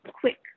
quick